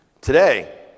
Today